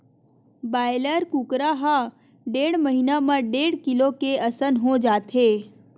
broiler कुकरा ह डेढ़ महिना म डेढ़ किलो के असन हो जाथे